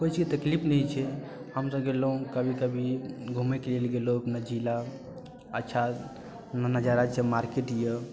कोइ चीजके तकलीफ नहि छै हमसब गेलहुँ कभी कभी घूमेके लेल गेलहुँ अपना जिला अच्छा वहाँ नजारा छै मार्केट यऽ